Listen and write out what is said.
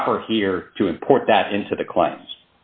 proper here to import that into the cl